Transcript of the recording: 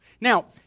Now